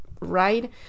right